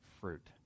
fruit